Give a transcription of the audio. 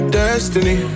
destiny